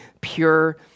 pure